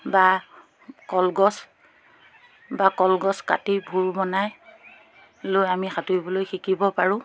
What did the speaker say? বা কলগছ বা কলগছ কাটি ভোৰ বনাই লৈ আমি সাঁতুৰিবলৈ শিকিব পাৰোঁ